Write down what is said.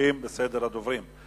ממשיכים בסדר הדוברים.